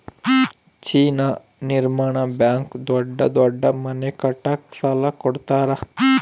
China ನಿರ್ಮಾಣ bank ದೊಡ್ಡ ದೊಡ್ಡ ಮನೆ ಕಟ್ಟಕ ಸಾಲ ಕೋಡತರಾ